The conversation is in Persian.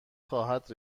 خواهد